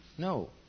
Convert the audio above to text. No